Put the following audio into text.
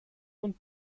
und